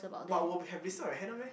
but will be have this type of hand one meh